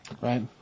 Right